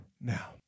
now